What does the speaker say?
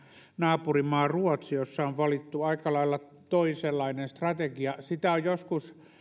naapurimaa ruotsi jossa on valittu aika lailla toisenlainen strategia sitä on joskus